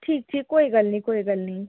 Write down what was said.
ठीक ठीक कोई गल्ल निं कोई गल्ल निं